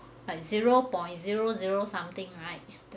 but zero point zero zero something right